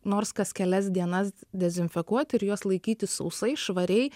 nors kas kelias dienas dezinfekuoti ir juos laikyti sausai švariai